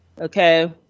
Okay